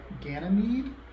Ganymede